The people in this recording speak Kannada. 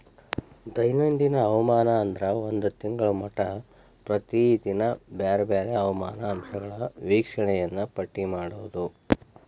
ದೈನಂದಿನ ಹವಾಮಾನ ಅಂದ್ರ ಒಂದ ತಿಂಗಳ ಮಟಾ ಪ್ರತಿದಿನಾ ಬ್ಯಾರೆ ಬ್ಯಾರೆ ಹವಾಮಾನ ಅಂಶಗಳ ವೇಕ್ಷಣೆಯನ್ನಾ ಪಟ್ಟಿ ಮಾಡುದ